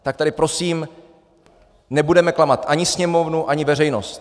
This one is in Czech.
Tak tady prosím nebudeme klamat ani Sněmovnu, ani veřejnost.